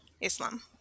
islam